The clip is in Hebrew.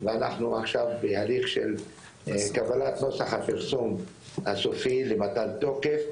ואנחנו עכשיו בהליך של קבלת נוסח הפרסום הסופי למתן תוקף,